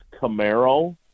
Camaro